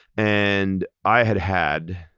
and i had had,